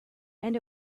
and